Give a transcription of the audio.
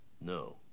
No